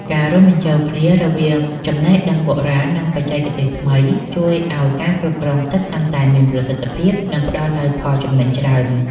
ការរួមបញ្ចូលគ្នារវាងចំណេះដឹងបុរាណ និងបច្ចេកទេសថ្មីៗជួយឱ្យការគ្រប់គ្រងទឹកកាន់តែមានប្រសិទ្ធភាព និងផ្តល់នូវផលចំណេញច្រើន។